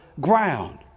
ground